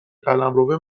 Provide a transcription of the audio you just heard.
قلمروه